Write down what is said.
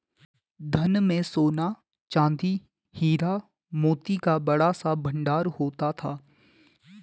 धन में सोना, चांदी, हीरा, मोती का बड़ा सा भंडार होता था